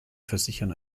versichern